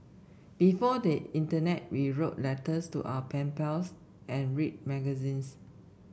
before the internet we wrote letters to our pen pals and read magazines